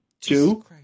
Two